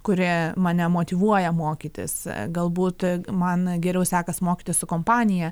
kuri mane motyvuoja mokytis galbūt man geriau sekas mokytis su kompanija